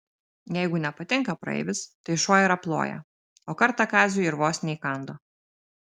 jeigu nepatinka praeivis tai šuo ir aploja o kartą kaziui ir vos neįkando